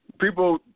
people